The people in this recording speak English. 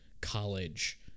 college